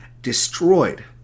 destroyed